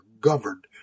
governed